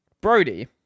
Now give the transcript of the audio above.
Brody